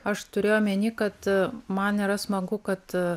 aš turėjau omeny kad man nėra smagu kad